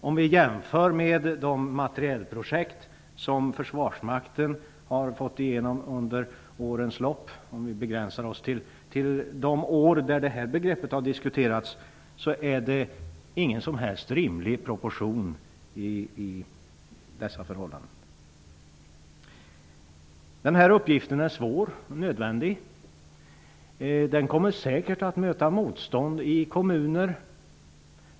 Om vi jämför med de materielprojekt som försvarsmakten har fått igenom under årens lopp -- om vi begränsar oss till de år då det här begreppet har diskuterats -- finns det ingen rimligt proportion i detta. Den här uppgiften är svår, men nödvändig. Den kommer säkert att möta motstånd i kommuner.